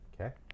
okay